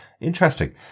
Interesting